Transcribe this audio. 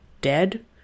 dead